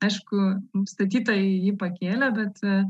aišku statytojai jį pakėlė bet